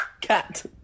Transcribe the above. cat